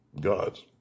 Gods